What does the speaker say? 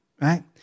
Right